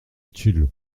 tulle